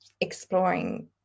exploring